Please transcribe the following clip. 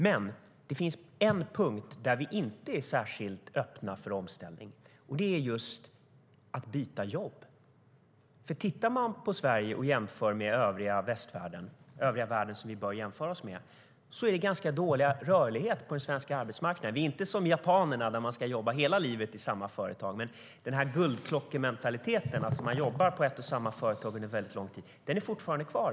Men på en punkt är vi inte särskilt öppna för omställning, och det är när det handlar om att byta jobb. Jämför man Sverige med övriga västvärlden och övriga världen, som vi bör jämföra oss med, ser man att det är ganska dålig rörlighet på den svenska arbetsmarknaden. Vi är inte som japanerna, som jobbar hela livet i samma företag. Men guldklockementaliteten, alltså att man jobbar på ett och samma företag under väldigt lång tid, är kvar.